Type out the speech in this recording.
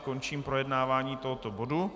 Končím projednávání tohoto bodu.